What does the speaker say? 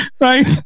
right